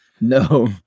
No